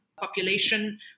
population